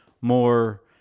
more